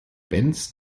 benz